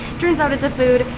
turns out it's a food.